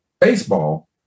baseball